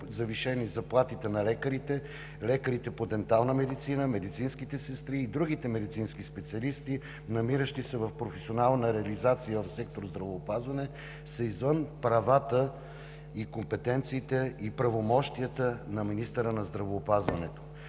завишени заплатите на лекарите, лекарите по дентална медицина, медицинските сестри и другите медицински специалисти, намиращи се в професионална реализация в сектор „Здравеопазване“, са извън правата, компетенциите и правомощията на министъра на здравеопазването.